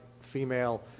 female